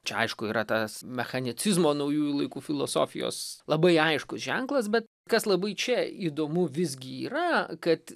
čia aišku yra tas mechanicizmo naujųjų laikų filosofijos labai aiškus ženklas bet kas labai čia įdomu visgi yra kad